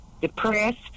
depressed